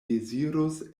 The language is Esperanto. dezirus